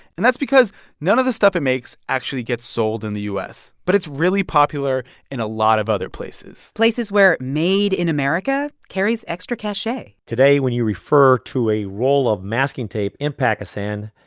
and that's because none of the stuff it makes actually gets sold in the u s. but it's really popular in a lot of other places places where made in america carries extra cachet today, when you refer to a roll of masking tape in pakistan,